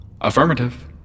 Affirmative